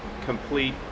complete